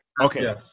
Okay